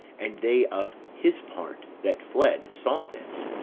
and they of his part that fled saw this,